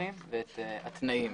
המסמכים והתנאים.